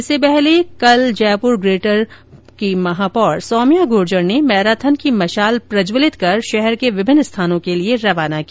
इससे पहले कल जयपुर ग्रेटर की महापौर सौम्या गूर्जर ने मैराथन की मशाल प्रज्वलित कर शहर के विभिन्न स्थानों के लिए रवाना की